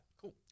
cool